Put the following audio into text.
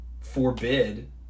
forbid